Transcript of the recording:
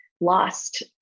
lost